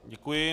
Děkuji.